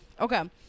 Okay